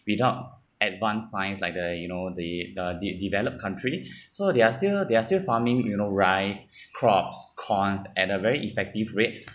without advanced science like the you know the de~ de~ developed country so they are still there are farming you know rice crops corns at a very effective rate